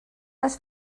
les